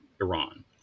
Iran